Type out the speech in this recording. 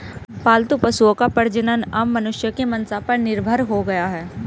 पालतू पशुओं का प्रजनन अब मनुष्यों की मंसा पर निर्भर हो गया है